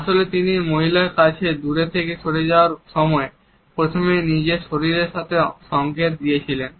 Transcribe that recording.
আসলে তিনি এই মহিলার কাছ থেকে দূরে সরে যাওয়ার সময় প্রথমে নিজের শরীরের সাথে সংকেত দিয়েছিলেন